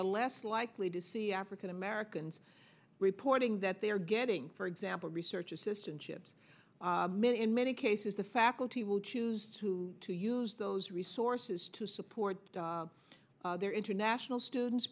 are less likely to see african americans reporting that they are getting for example research assistant chips men in many cases the faculty will choose who to use those resources to support their international students